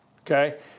Okay